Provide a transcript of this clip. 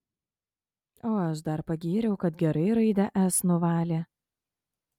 o aš dar pagyriau kad gerai raidę s nuvalė